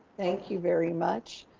thank you very much.